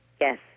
Yes